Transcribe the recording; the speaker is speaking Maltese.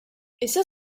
issa